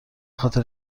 خاطر